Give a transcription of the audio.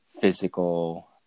physical